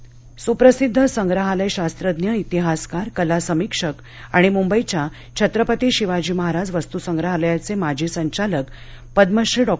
निधन सुप्रसिद्ध संप्रहालयशास्त्रज्ञ इतिहासकार कला समीक्षक आणि मुंबईच्या छत्रपती शिवाजी महाराज वस्तुसंप्रहालयाचे माजी संचालक पद्मश्री डॉ